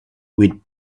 with